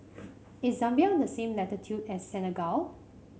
is Zambia on the same latitude as Senegal